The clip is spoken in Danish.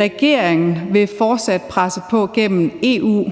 Regeringen vil fortsat presse på gennem EU